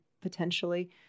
potentially